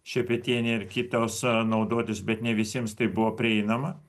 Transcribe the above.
šepetienė ir kitos a naudotis bet ne visiems tai buvo prieinama